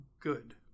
good